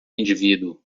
indivíduo